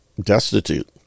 destitute